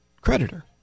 creditor